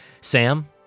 Sam